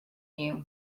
you